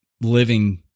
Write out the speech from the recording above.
living